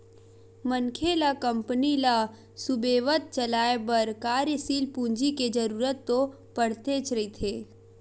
मनखे ल कंपनी ल सुबेवत चलाय बर कार्यसील पूंजी के जरुरत तो पड़तेच रहिथे